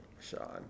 Sean